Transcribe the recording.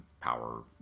power